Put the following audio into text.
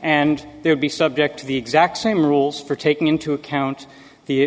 and they would be subject to the exact same rules for taking into account the